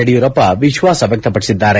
ಯಡಿಯೂರಪ್ಪ ವಿಶ್ವಾಸ ವ್ಯಕ್ತಪಡಿಸಿದ್ದಾರೆ